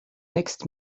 next